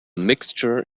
mixture